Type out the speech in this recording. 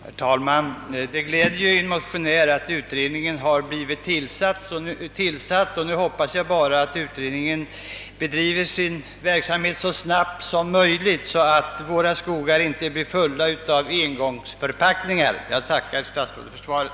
Herr talman! Det gläder mig som motionär att utredningen har blivit tillsatt, och nu hoppas jag bara att den fullgör sitt arbete så snabbt som möjligt, så att våra skogar inte blir fulla av engångsförpackningar. Jag tackar statsrådet för svaret.